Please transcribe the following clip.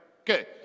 Okay